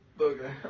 Okay